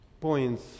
points